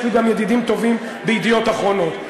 יש לי גם ידידים טובים ב"ידיעות אחרונות".